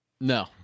No